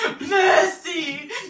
Mercy